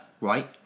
Right